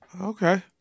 Okay